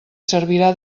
servirà